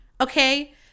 Okay